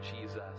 Jesus